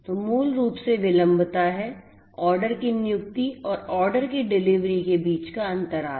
तो मूल रूप से विलंबता है ऑर्डर की नियुक्ति और ऑर्डर की डिलीवरी के बीच अंतराल